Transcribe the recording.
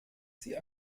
sie